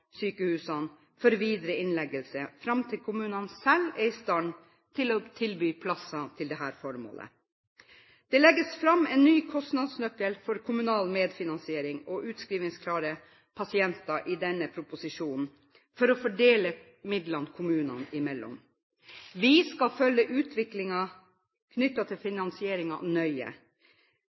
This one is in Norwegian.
sykehusene, for videre innleggelse fram til kommunene selv er i stand til å tilby plasser til dette formålet. Det legges fram en ny kostnadsnøkkel for kommunal medfinansiering og utskrivingsklare pasienter i denne proposisjonen for å fordele midlene kommunene imellom. Vi skal følge utviklingen knyttet til finansieringen nøye.